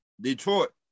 Detroit